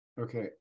okay